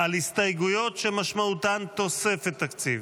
על הסתייגויות שמשמעותן תוספת תקציב.